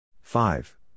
five